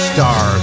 Star